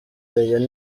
rayon